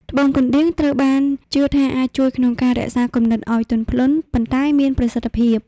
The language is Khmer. ត្បូងកណ្ដៀង ត្រូវបានជឿថាអាចជួយក្នុងការរក្សាគំនិតឲ្យទន់ភ្លន់ ប៉ុន្តែមានប្រសិទ្ធភាព។